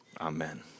Amen